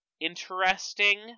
interesting